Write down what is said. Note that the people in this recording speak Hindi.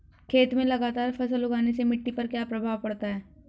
खेत में लगातार फसल उगाने से मिट्टी पर क्या प्रभाव पड़ता है?